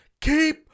Keep